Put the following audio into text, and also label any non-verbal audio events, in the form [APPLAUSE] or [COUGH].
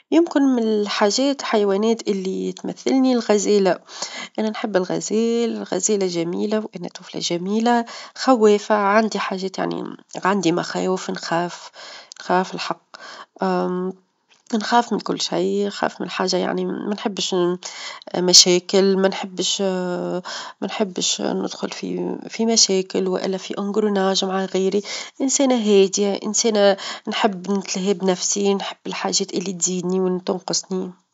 يمكن من الحاجات حيوانات اللي تمثلني الغزالة، أنا نحب الغزال، الغزالة جميلة، وأنا طفلة جميلة، خوافة عندي حاجات يعنى [HESITATION] عندي مخاوف -نخاف- نخاف الحق، [HESITATION] نخاف من كل شي، نخاف من حاجة يعني <> ما نحبش [HESITATION] مشاكل، -ما نحبش- [HESITATION] ما نحبش ندخل -في- في مشاكل والا في خناقة مع غيري، إنسانة هادية، إنسانة نحب نتلهى بنفسي، نحب الحاجات اللي تزيدني واللي تنقصني.